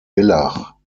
villach